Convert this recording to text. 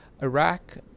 Iraq